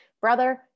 Brother